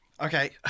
Okay